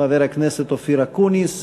חבר הכנסת אופיר אקוניס.